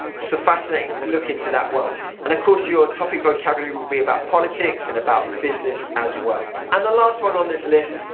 it's a fascinating look into that world. and of course your topic vocabulary will be about politics and about business as well. and the last one on this list,